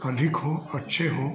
अधिक हों अच्छे हों